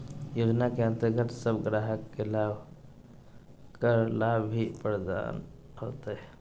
योजना के अंतर्गत अब ग्राहक के कर लाभ भी प्रदान होतय